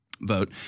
vote